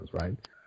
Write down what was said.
right